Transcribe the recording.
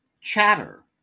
Chatter